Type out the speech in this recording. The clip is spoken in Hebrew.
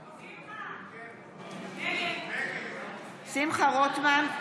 נגד יעל רון בן משה,